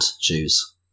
Jews